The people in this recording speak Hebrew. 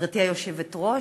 גברתי היושבת-ראש,